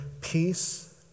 peace